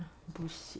bullshit